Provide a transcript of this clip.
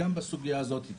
בסדר,